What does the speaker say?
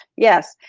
yes.